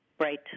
Right